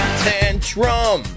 tantrum